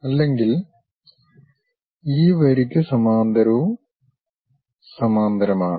അല്ലെങ്കിൽ ഈ വരിക്ക് സമാന്തരവും സമാന്തരമാണ്